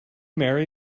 marry